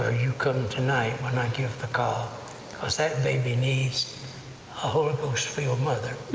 ah you come tonight when i give the call cause that baby needs a holy ghost filled mother.